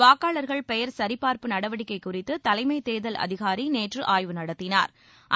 வாக்காளர்கள் பெயர் சரிபா்ப்பு நடவடிக்கை குறித்து தலைமை தேர்தல் அதிகாரி நேற்று ஆய்வு நடத்தினா்